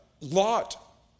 Lot